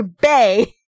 Bay